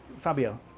fabio